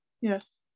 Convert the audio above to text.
Yes